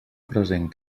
present